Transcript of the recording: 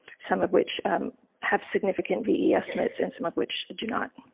some of which have significant ve estimates and some of which do not.